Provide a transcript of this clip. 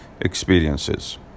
experiences